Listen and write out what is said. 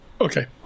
Okay